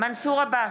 מנסור עבאס,